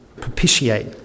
propitiate